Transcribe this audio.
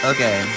Okay